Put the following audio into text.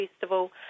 Festival